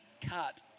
cut